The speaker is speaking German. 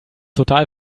total